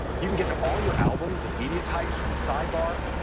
you can get to all your albums and media types from the sidebar,